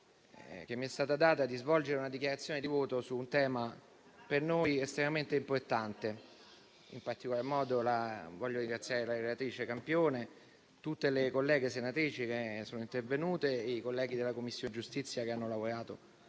che mi è stata data di svolgere una dichiarazione di voto su un tema per noi estremamente importante. In particolar modo, voglio ringraziare la relatrice Campione, tutte le colleghe senatrici che sono intervenute, i colleghi della Commissione giustizia che hanno lavorato